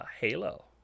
Halo